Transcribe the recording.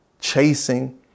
chasing